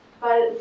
Weil